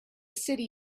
city